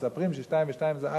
מספרים ש-2 ו-2 זה 4,